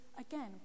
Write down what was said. again